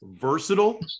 versatile